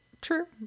True